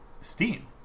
Steam